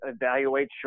evaluate